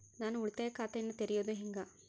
ನಾನು ಉಳಿತಾಯ ಖಾತೆಯನ್ನ ತೆರೆಯೋದು ಹೆಂಗ?